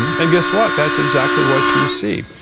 and guess what, that's exactly what you see.